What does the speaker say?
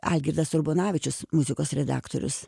algirdas urbonavičius muzikos redaktorius